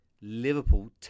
Liverpool